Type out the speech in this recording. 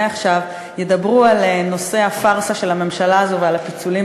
מעכשיו ידברו על נושא הפארסה של הממשלה הזאת ועל הפיצולים